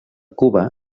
cuba